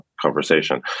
conversation